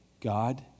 God